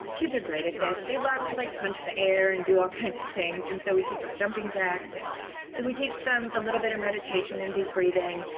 kids are great at this they like to like punch the air and do all kinds of things and so we teach them jumping jack so and we teach them a little bit of meditation and deep breathing,